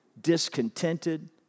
discontented